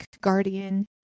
guardian